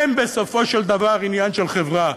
הם בסופו של דבר בעניין של חברה.